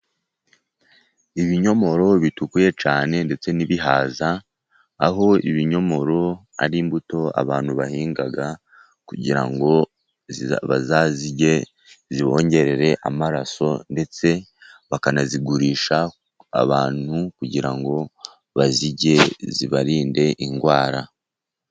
Ibinyomoro bitukuye cyane ndetse n'ibihaza, aho ibinyomoro ari imbuto abantu bahinga, kugira ngo bazazirye zibongerere amaraso ndetse bakanazigurisha abantu, kugira ngo bazirye zibarinde indwara.